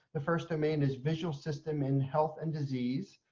the first domain is visual system in health and disease.